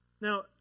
Now